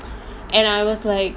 and I was like